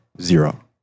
zero